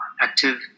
active